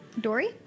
Dory